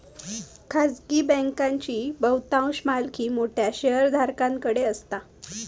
खाजगी बँकांची बहुतांश मालकी मोठ्या शेयरधारकांकडे असता